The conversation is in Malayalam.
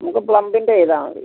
നമുക്ക് പ്ലംബിൻ്റെ ചെയ്താൽ മതി